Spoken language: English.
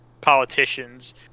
politicians